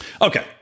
Okay